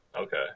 Okay